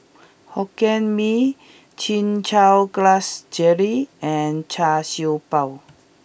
Hokkien Mee Chin Chow Grass Jelly and Char Siew Bao